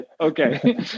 okay